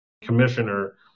commissioner